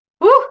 Woo